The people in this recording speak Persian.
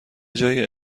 جای